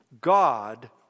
God